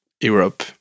Europe